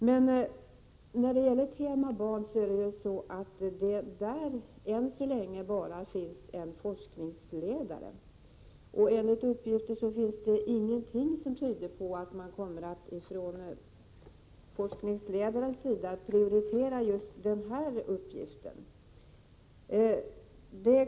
Men för ”tema Barn” finns än så länge bara en forskningsledare, och enligt uppgifter tyder ingenting på att forskningsledningen kommer att prioritera just den uppgiften.